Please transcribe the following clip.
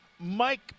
Mike